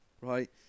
right